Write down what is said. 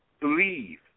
Believe